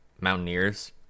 mountaineers